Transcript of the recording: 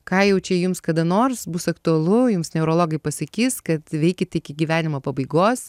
ką jau čia jums kada nors bus aktualu jums neurologai pasakys kad veikit iki gyvenimo pabaigos